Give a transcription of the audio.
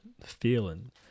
feeling